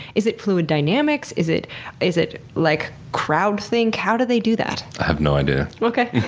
is it fluid dynamics? is it is it like, crowd-think? how do they do that? have no idea. okay.